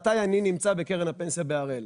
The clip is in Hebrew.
מתי אני נמצא בקרן הפנסיה הראל,